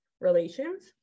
relations